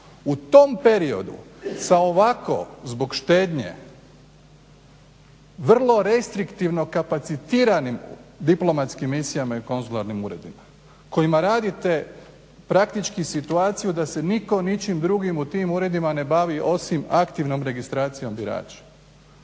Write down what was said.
U tom periodu sa ovako zbog štednje vrlo restriktivno kapacitiranim diplomatskim misijama i konzularnim uredima kojima radite praktički situaciju da se nitko ničim drugim u tim uredima ne bavi osim aktivnom registracijom birača.